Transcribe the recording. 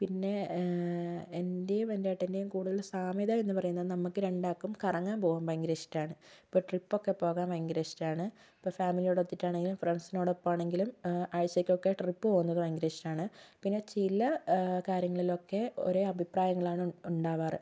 പിന്നെ എൻ്റെയും എൻ്റെ ഏട്ടൻ്റെയും കൂടുതൽ സാമ്യത എന്ന് പറയുന്നത് നമുക്ക് രണ്ടാൾക്കും കറങ്ങാൻ പോകാൻ ഭയങ്കര ഇഷ്ടമാണ് ഇപ്പോൾ ട്രിപ്പ് ഒക്കെ പോകാൻ ഭയങ്കര ഇഷ്ടമാണ് ഇപ്പോൾ ഫാമിലിയോടൊത്തിട്ടാണെങ്കിലും ഫ്രണ്ട്സിനോടൊപ്പം ആണെങ്കിലും ആഴ്ചക്കൊക്കെ ട്രിപ്പ് പോകുന്നത് ഭയങ്കര ഇഷ്ടമാണ് പിന്നെ ചില കാര്യങ്ങളിൽ ഒക്കെ ഒരേ അഭിപ്രായങ്ങളാണ് ഉണ്ടാവാറ്